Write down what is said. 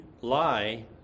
lie